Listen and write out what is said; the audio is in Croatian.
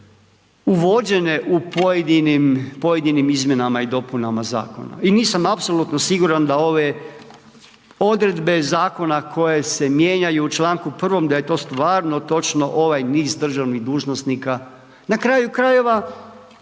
uvođene u pojedinim izmjenama i dopunama zakona. I nisam apsolutno siguran da ove odredbe zakona, koje se mijenjaju u čl. 1. da je to stvarno točno, ovaj niz državnih dužnosnika. Na kraju krajeva